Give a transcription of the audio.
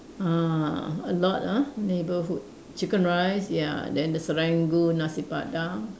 ah a lot ah neighborhood chicken rice ya then the Serangoon Nasi-Padang